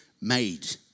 made